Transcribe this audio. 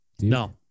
No